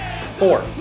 Four